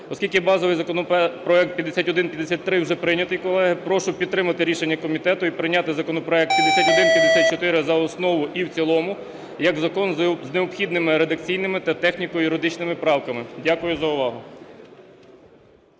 Оскільки базовий законопроект 5153 вже прийнятий, колеги, прошу підтримати рішення комітету і прийняти законопроект 5154 за основу і в цілому як закон з необхідними редакційними та техніко-юридичними правками. Дякую за увагу.